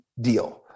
deal